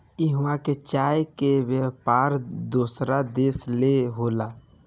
इहवां के चाय के व्यापार दोसर देश ले होला